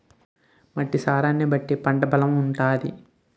మట్టి సారాన్ని బట్టి పంట బలం ఉంటాది